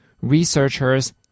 Researchers